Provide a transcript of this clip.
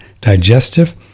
digestive